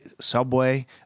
Subway